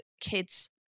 kids